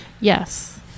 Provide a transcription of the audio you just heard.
Yes